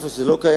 איפה שזה לא קיים,